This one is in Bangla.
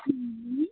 হুম